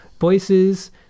voices